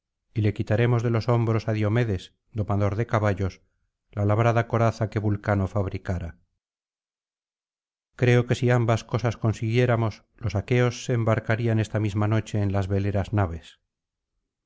y le quitamos de los hombroá á diomedes domador de caballos la labrada coraza que vulcano fabricara creo que si ambas cosas consiguiéramos los aqueos se embarcarían esta misma nochie en las veleras naves